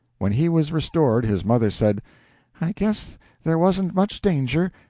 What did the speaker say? when he was restored, his mother said i guess there wasn't much danger.